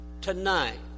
tonight